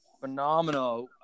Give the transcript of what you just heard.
Phenomenal